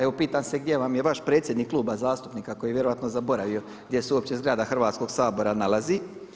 Evo pitam se gdje vam je vaš predsjednik kluba zastupnika koji je vjerojatno zaboravio gdje se uopće zgrada Hrvatskog sabora nalazi.